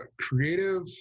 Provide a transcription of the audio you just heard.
creative